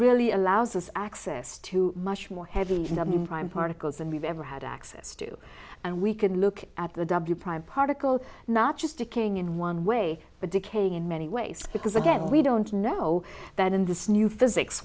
really allows us access to much more heavily in the meantime particles and we've ever had access to and we can look at the w prime particle not just ticking in one way but decaying in many ways because again we don't know that in this new physics